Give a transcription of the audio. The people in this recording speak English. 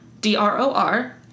D-R-O-R